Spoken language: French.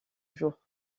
jour